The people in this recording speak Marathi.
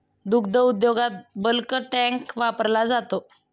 दुग्ध उद्योगात बल्क टँक वापरला जातो